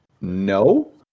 no